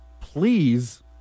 please